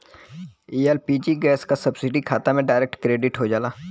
LPG gas क subsidy खाता में डायरेक्ट क्रेडिट हो जाला